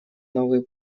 новые